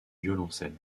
violoncelle